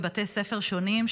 בבתי ספר שונים,